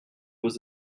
was